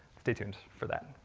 stay tuned for that.